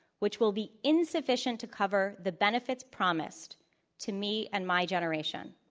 which will be insufficient to cover the benefits promised to me and my generation.